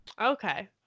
Okay